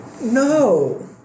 No